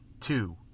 two